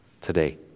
today